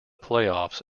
playoffs